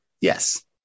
yes